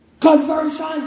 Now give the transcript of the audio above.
Conversion